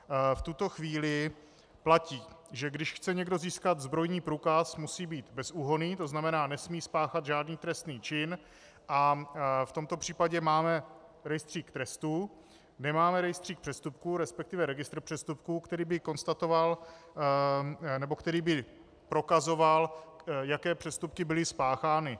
V tuto chvíli platí, že když chce někdo získat zbrojní průkaz, musí být bezúhonný, to znamená, nesmí spáchat žádný trestný čin, a v tomto případě máme rejstřík trestů, nemáme rejstřík přestupků, resp. registr přestupků, který by prokazoval, jaké přestupky byly spáchány.